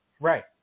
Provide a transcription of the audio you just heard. Right